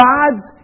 God's